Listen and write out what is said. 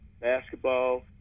basketball